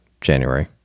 January